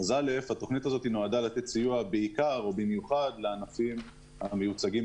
התוכנית נועדה לתת סיוע בעיקר לענפים המיוצגים